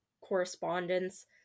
correspondence